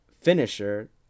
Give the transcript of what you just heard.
finisher